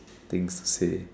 things to say